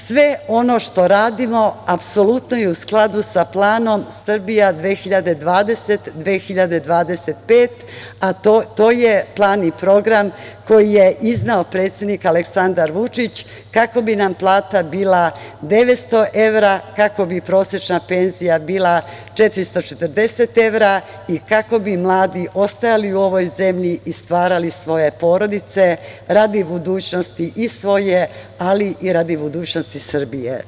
Sve ono što radimo apsolutno je u skladu sa planom "Srbija 2025", a to je plan i program koji je izneo predsednik Aleksandar Vučić, kako bi nam plata bila 900 evra, kako bi prosečna penzija bila 440 evra i kako bi mladi ostajali u ovoj zemlji i stvarali svoje porodice radi budućnosti i svoje, ali i radi budućnosti Srbije.